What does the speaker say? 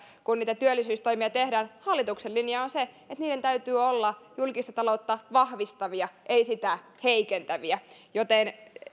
kun niitä työllisyystoimia tehdään hallituksen linja on se että niiden täytyy olla julkista taloutta vahvistavia ei sitä heikentäviä joten